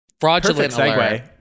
Fraudulent